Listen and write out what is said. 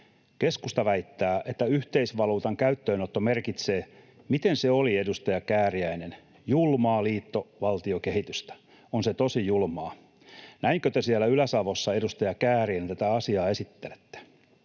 ”Keskusta väittää, että yhteisvaluutan käyttöönotto merkitsee — miten se oli, edustaja Kääriäinen? — julmaa liittovaltiokehitystä. On se tosi julmaa! Näinkö te siellä Ylä- Savossa, edustaja Kääriäinen, tätä asiaa esittelette?